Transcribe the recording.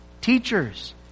teachers